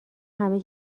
همه